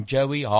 Joey